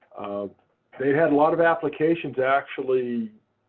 they had a lot of applications, actually